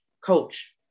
coach